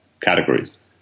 categories